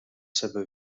seva